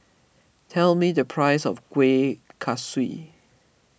tell me the price of Kueh Kaswi